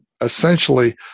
essentially